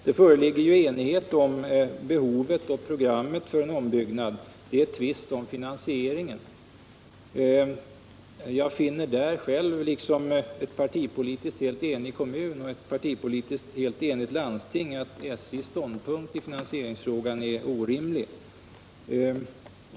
Det föreligger ju enighet om behovet av och programmet för en ombyggnad; det är tvist om finansieringen. Jag finner själv, liksom en partipolitiskt helt enig kommun och ett partipolitiskt helt enigt landsting, att SJ:s ståndpunkt i finansieringsfrågan är orimlig.